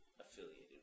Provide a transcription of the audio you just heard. affiliated